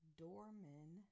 doorman